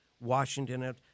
Washington